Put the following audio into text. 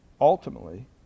ultimately